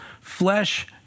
flesh